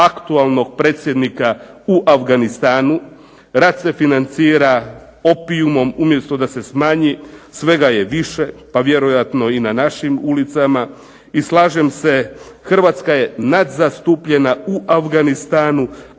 aktualnog predsjednika u Afganistanu. Rat se financira opijumom umjesto da se smanji sve ga je više, pa vjerojatno i na našim ulicama. I slažem se Hrvatska je nad zastupljena u Afganistanu,